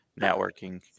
Networking